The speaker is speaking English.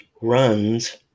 runs